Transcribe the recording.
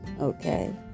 okay